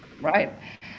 right